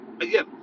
Again